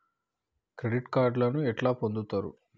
Credit కార్డులను ఎట్లా పొందుతరు?